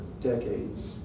decades